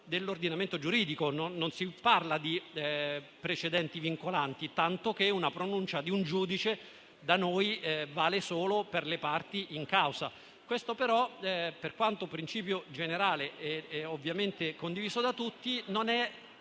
dell'ordinamento giuridico e non si parla di precedenti vincolanti, tanto che la pronuncia di un giudice da noi vale solo per le parti in causa. Questo però, per quanto principio generale e condiviso da tutti, non è